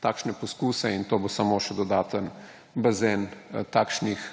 takšne poskuse, in to bo samo še dodaten bazen takšnih